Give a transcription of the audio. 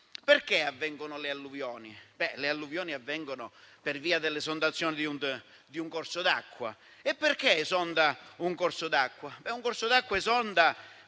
Perché avvengono le alluvioni? Le alluvioni avvengono per via dell'esondazione di un corso d'acqua. Perché un corso d'acqua esonda? Lo fa